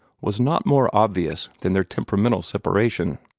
was not more obvious than their temperamental separation.